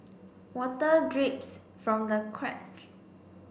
water drips from the cracks